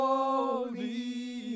Holy